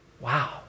wow